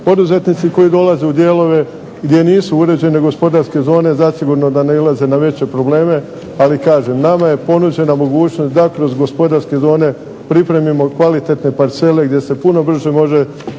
Poduzetnici koji dolaze u dijelove gdje nisu uređene gospodarske zone zasigurno da nailaze na veće probleme, ali kažem nama je ponuđena mogućnost da kroz gospodarske zone pripremimo kvalitetne parcele gdje se puno brže može